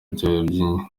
byayo